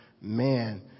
man